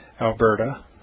Alberta